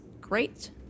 great